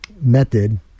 method